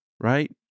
right